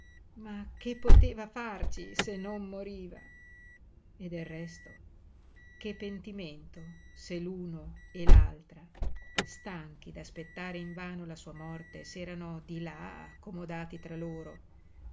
ma che poteva farci se non moriva e del resto che pentimento se l'uno e l'altra stanchi d'aspettare invano la sua morte s'erano di là accomodati tra loro